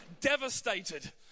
devastated